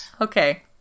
Okay